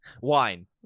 Wine